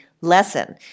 lesson